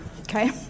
okay